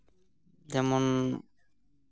ᱡᱮᱢᱚᱱ